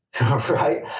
Right